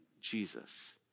Jesus